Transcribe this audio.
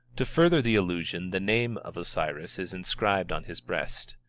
to further the illusion the name of osiris is inscribed on his breast.